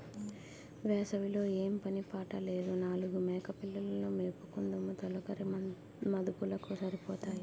వేసవి లో ఏం పని పాట లేదు నాలుగు మేకపిల్లలు ను మేపుకుందుము తొలకరి మదుపులకు సరిపోతాయి